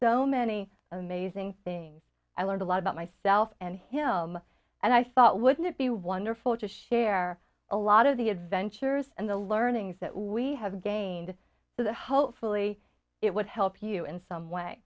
so many amazing things i learned a lot about myself and him and i thought wouldn't it be wonderful to share a lot of the adventures and the learnings that we have gained so that hopefully it would help you in some way